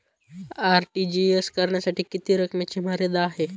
RTGS करण्यासाठी किती रकमेची मर्यादा आहे?